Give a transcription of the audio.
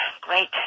great